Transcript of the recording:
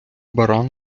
баран